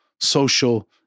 social